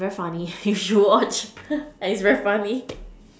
and very funny you should watch it's very funny